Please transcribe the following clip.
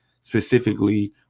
specifically